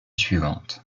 suivante